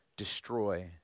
destroy